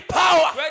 power